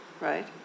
right